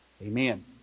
Amen